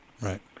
Right